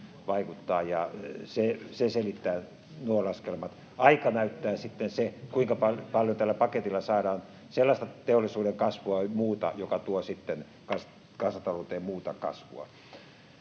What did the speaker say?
se selittää nuo laskelmat. Aika näyttää sitten sen, kuinka paljon tällä paketilla saadaan sellaista muuta teollisuuden kasvua, joka tuo sitten kansantalouteen muuta kasvua.